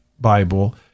Bible